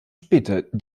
später